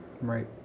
right